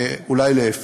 אולי להפך.